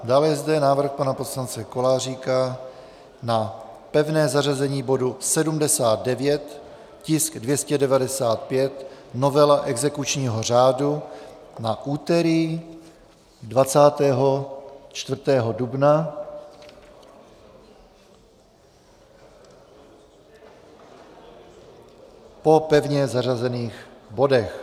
Dále je zde návrh pana poslance Koláříka na pevné zařazení bodu 79, tisk 295, novela exekučního řádu na úterý 24. dubna po pevně zařazených bodech.